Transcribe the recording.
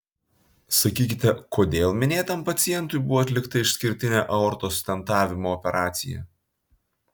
sakykite kodėl minėtam pacientui buvo atlikta išskirtinė aortos stentavimo operacija